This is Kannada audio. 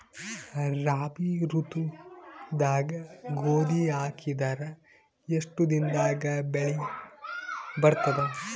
ರಾಬಿ ಋತುದಾಗ ಗೋಧಿ ಹಾಕಿದರ ಎಷ್ಟ ದಿನದಾಗ ಬೆಳಿ ಬರತದ?